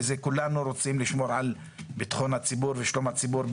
כולנו רוצים לשמור על ביטחון הציבור ושלום הציבור,